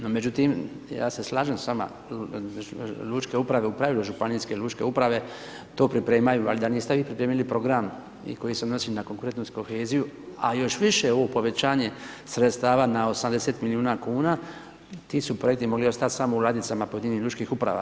No međutim, ja se slažem s vama, lučke uprave, u pravilu županijske lučke uprave to pripremaju, ali da niste vi pripremili Program i koji se odnosi na Konkurentnost i koheziju, a još više u povećanje sredstava na 80 milijuna kuna, ti su projekti mogli ostati samo u ladicama pojedinih lučkih uprava.